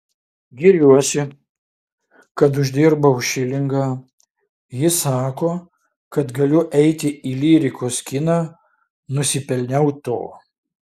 giriuosi kad uždirbau šilingą ji sako kad galiu eiti į lyrikos kiną nusipelniau to